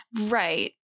right